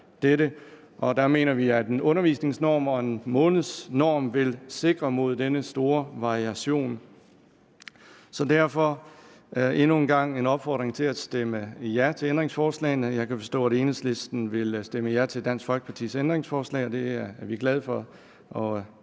Vi mener, at en undervisningsnorm og en månedsnorm vil sikre mod denne store variation. Derfor endnu en gang en opfordring til at stemme ja til ændringsforslagene. Jeg kan forstå, at Enhedslisten vil stemme ja til Dansk Folkepartis ændringsforslag, og det er vi glade for,